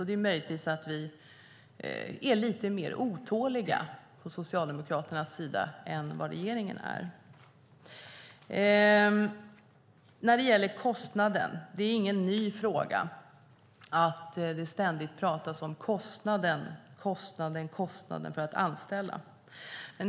Det är möjligt att vi socialdemokrater är lite mer otåliga än vad regeringen är. Kostnaden är ingen ny fråga. Det pratas ständigt om kostnaden för att anställa.